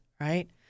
right